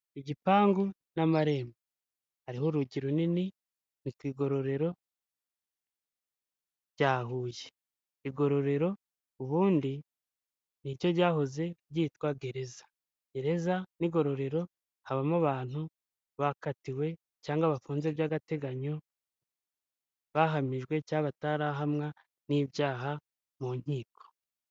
Igipangu n'amarembo hariho urugi runini ni ku igororero bya Huye. Igororero ubundi niryo ryahoze ryitwa gereza. Gereza n'igorororero habamo abantu bakatiwe cyangwa bafunze by'agateganyo bahamijwe cyangwa batarahamwa n'ibyaha mu nkiko.